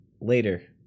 later